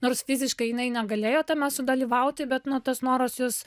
nors fiziškai jinai negalėjo tame sudalyvauti bet nu tas noras jos